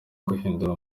guhindura